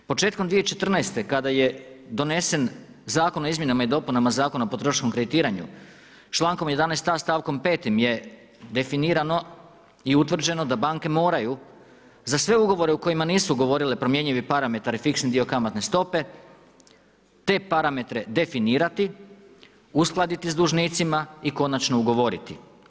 Početkom 2014. kada je donesen zakon o izmjenama i dopunama Zakona o potrošačkom kreditiranju, člankom 11. stavkom 5. je definirano i utvrđeno da banke moraju za sve ugovore u kojim nisu ugovorile promjenjivi parametar i fiksni dio kamatne stope, te parametre definirati, uskladiti s dužnicima i konačno ugovoriti.